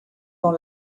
dans